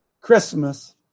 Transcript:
Christmas